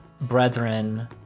brethren